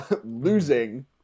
Losing